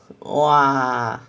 !wah!